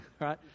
right